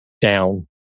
down